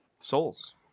Souls